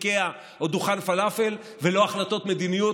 איקאה או דוכן פלאפל ולא החלטות מדיניות,